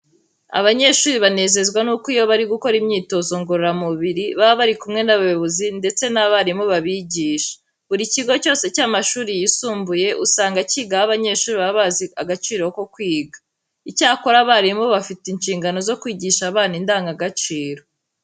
Abanyeshuri banezezwa nuko iyo bari gukora imyitozo ngororamubiri baba bari kumwe n'abayobozi ndetse n'abarimu babigisha. Buri kigo cyose cy'amashuri yisumbuye usanga kigaho abanyeshuri baba bazi agaciro ko kwiga. Icyakora abarimu bafite inshingano zo kwigisha abana indangagaciro.